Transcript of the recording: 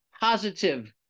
positive